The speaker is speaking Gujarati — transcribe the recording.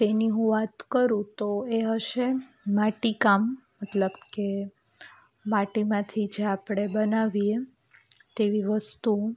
તેની હું વાત કરું તો એ હશે માટીકામ મતલબ કે માટીમાંથી જે આપણે બનાવીએ તેવી વસ્તુ